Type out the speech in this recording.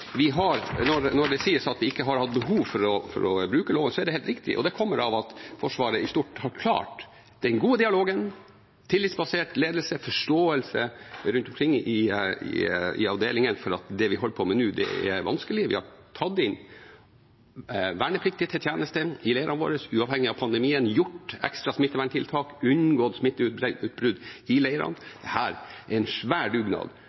Vi skal jobbe grundigere for å skape den tilliten. Avslutningsvis: Når det sies at vi ikke har hatt behov for å bruke loven, er det helt riktig. Det kommer av at Forsvaret i stort har klart den gode dialogen, tillitsbasert ledelse og forståelse i avdelingene for at det vi holder på med nå, er vanskelig. Vi har kalt inn vernepliktige til tjeneste i leirene våre, uavhengig av pandemien, innført ekstra smitteverntiltak og unngått smitteutbrudd i leirene. Dette er en svær dugnad